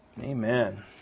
Amen